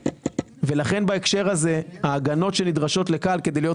לכן בהקשר הזה ההגנות שנדרשות ל-כאן כדי להיות